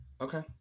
okay